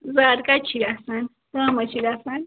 زیادٕ کَتہِ چھی گژھان کَم حظ چھی گژھان